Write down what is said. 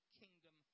kingdom